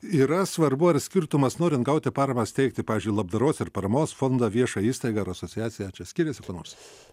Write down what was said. yra svarbu ar skirtumas norint gauti paramą steigti pavyzdžiui labdaros ir paramos fondą viešą įstaigą ar asociaciją čia skiriasi kuo nors